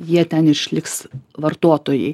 jie ten išliks vartotojai